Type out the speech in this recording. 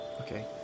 Okay